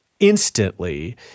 instantly